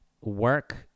work